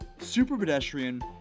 Superpedestrian